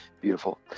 beautiful